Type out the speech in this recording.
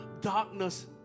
darkness